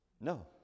No